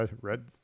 Red